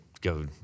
go